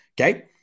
Okay